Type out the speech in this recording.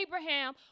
Abraham